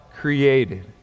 created